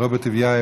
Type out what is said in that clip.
רוברט טיבייב,